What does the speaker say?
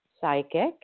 psychic